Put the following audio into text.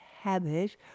habit